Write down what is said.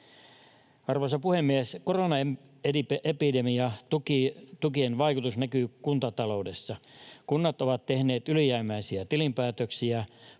Arvoisa puhemies! Koronaepidemiatukien vaikutus näkyy kuntataloudessa. Kunnat ovat tehneet ylijäämäisiä tilinpäätöksiä